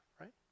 right